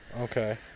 Okay